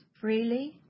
Freely